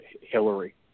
Hillary